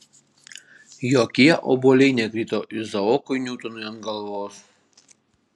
jokie obuoliai nekrito izaokui niutonui ant galvos